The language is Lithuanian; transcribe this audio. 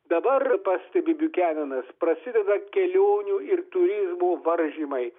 dabar pastebi biukenenas prasideda kelionių ir turizmo varžymai